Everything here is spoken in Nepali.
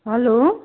हेलो